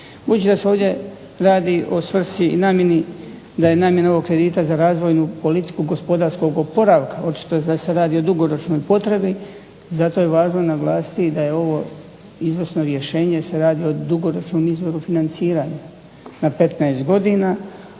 da se ovdje radi o svrsi i namjeni da je namjena ovog kredita za razvojnu politiku gospodarskog oporavka očito je da se radi o dugoročnoj potrebi, zato je važno naglasiti da je ovo izvrsno rješenje jer se radi o dugoročnom izvoru financiranja na 15 godina,